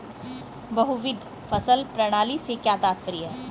बहुविध फसल प्रणाली से क्या तात्पर्य है?